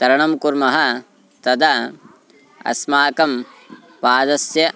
तरणं कुर्मः तदा अस्माकं पादस्य